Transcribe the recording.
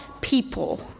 people